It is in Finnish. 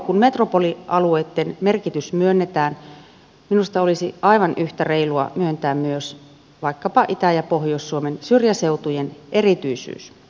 kun metropolialueitten merkitys myönnetään minusta olisi aivan yhtä reilua myöntää myös vaikkapa itä ja pohjois suomen syrjäseutujen erityisyys